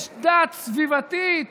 יש דת סביבתית